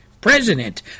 President